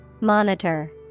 Monitor